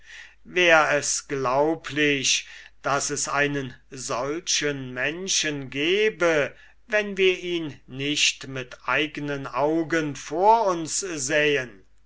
wär es glaublich daß es einen solchen menschen gebe wenn wir ihn nicht mit eignen augen vor uns sähen